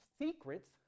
secrets